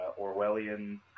Orwellian